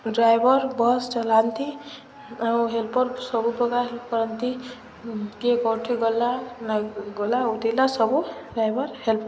driver bus ଚଲାନ୍ତି ଆଉ helper ସବୁ ପ୍ରକାର ହେଲ୍ପ କରନ୍ତି କିଏ କୋଉଠି ଗଲା ନ ଗଲା ଉଠିଲା ସବୁ ଡ୍ରାଇଭର୍ ହେଲ୍ପ